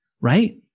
right